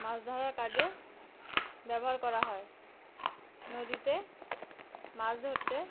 মাছ ধরার কাজে ব্যবহার করা হয় নদীতে মাছ ধরতে